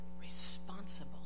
responsible